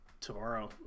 tomorrow